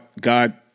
God